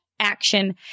Action